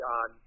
on